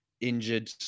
injured